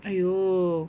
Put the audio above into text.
!aiyo!